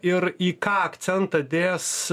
ir į ką akcentą dės